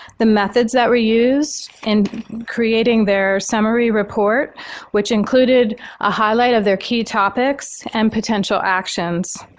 the methods that were used in creating their summary report which included a highlight of their key topics and potential actions.